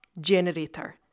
generator